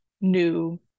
new